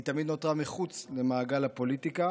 היא תמיד נותרה מחוץ למעגל הפוליטיקה,